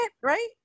right